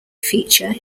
feature